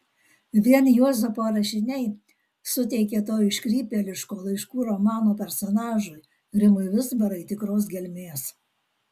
vien juozapo rašiniai suteikė to iškrypėliško laiškų romano personažui rimui vizbarai tikros gelmės